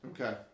Okay